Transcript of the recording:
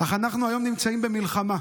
אך היום אנחנו נמצאים במלחמה,